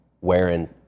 wearing